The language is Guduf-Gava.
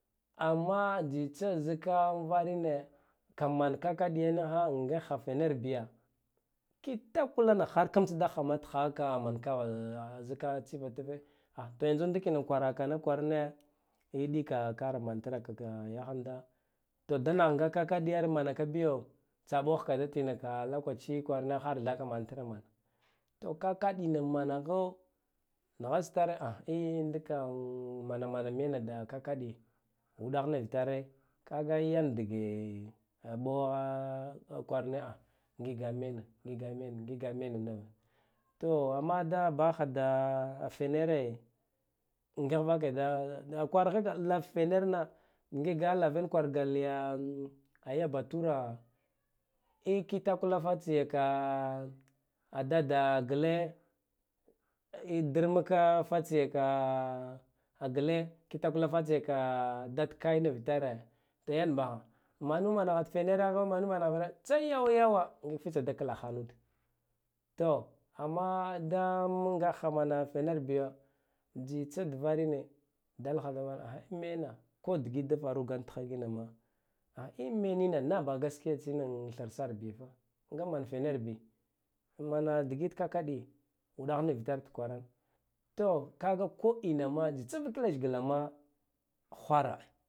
Amma tsitsa zika varine ka man kakadiye nigha ngigha fener biya kitakwlan hark mtsdahhama thahaka mankava zika tsifa tfe to yanzu dika kwaraka kwarane a ɗikakara matraka ka yaghanda to da nagh nga kakaɗiyar manakabiyo tsa ɓokhka tatinaka kwarane lokaci kware har thaka manatramana to kakadina manaho naghasuktarha an dika mana mana mena kakadiye uɗah nivitare kaga yan dge aɓogha kwara ngiga meno ngiga meno ngiga meno to amma da baha da fenera ngigh rake da-do kwarehe kwaraka da kva fenarna niga laven kwarga liya ya baturo nyi kitwala fatsiya ka dada gle dimak fatsiya ka gle kitakwala ka dad kay nivitare to yan baha manu manahad fenerho manumaghragho tsayawy yawa ngik fatsiya da klakhanud to amma da ngakha man fener biyo tsitsadvarine dalha drana emma ko digit da farugan tgha kinama a emenine naha baha gaskiya tsinan thsar biyafa ngaman fener bi mana digit kakadiy uɗagh nivitar kwaran to kaga koina ma tsvak leshglama ghwara